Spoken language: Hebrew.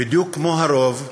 בדיוק כמו הרוב,